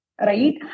Right